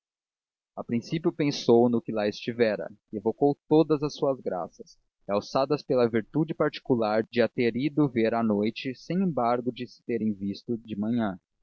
a princípio pensou no que lá estivera e evocou todas as suas graças realçadas pela virtude particular de a ter ido ver à noite sem embargo de se terem visto de manhã